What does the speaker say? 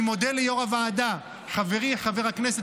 אני מודה ליושב-ראש הוועדה חברי חבר הכנסת